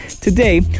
today